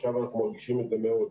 עכשיו אנחנו מרגישים את זה מאוד.